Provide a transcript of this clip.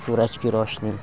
سورج کی روشنی